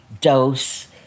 dose